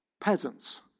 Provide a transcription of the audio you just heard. peasants